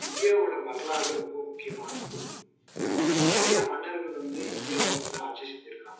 இந்தியாவோடய வரலாறு ரொம்ப முக்கியமானது நிறையா மன்னர்கள் வந்து இந்தியாவை வந்து ஆட்சி செஞ்சிருக்கிறாங்க